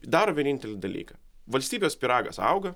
daro vienintelį dalyką valstybės pyragas auga